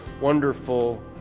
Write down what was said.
wonderful